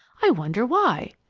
i wonder why?